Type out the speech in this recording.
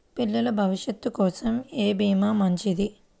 పిల్లల భవిష్యత్ కోసం ఏ భీమా మంచిది?